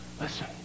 Listen